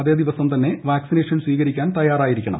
അതേ ദിവസം തന്നെ വാക്സിനേഷൻ സ്വീകരിക്കാൻ തയ്യാറായിരിക്കണം